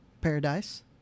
paradise